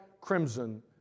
crimson